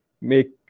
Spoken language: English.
make